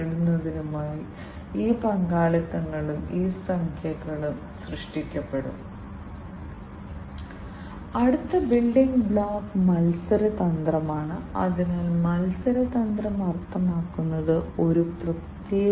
അപ്പോൾ ഞങ്ങൾക്ക് analogue detection circuit digital signal conditioning unit ബസിലേക്കുള്ള ഇന്റർഫേസിംഗ് യൂണിറ്റ് എന്നിവയുണ്ട്